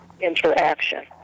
interaction